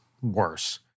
worse